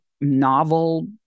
novel